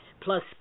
plus